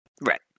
right